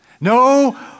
No